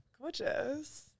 Gorgeous